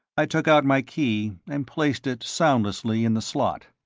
i took out my key and placed it soundlessly in the slot.